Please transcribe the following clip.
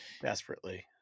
desperately